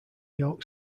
york